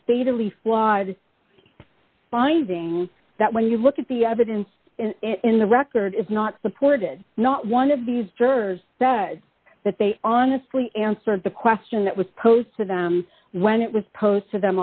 flawed finding that when you look at the evidence in the record is not supported not one of these jurors that they honestly answered the question that was posed to them when it was posed to them